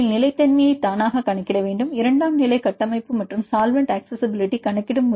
முதலில் நிலைத்தன்மையை தானாகக் கணக்கிட வேண்டும் இரண்டாம் நிலை கட்டமைப்பு மற்றும் சால்வெண்ட் அக்சஸிஸிபிலிட்டி கணக்கிடும்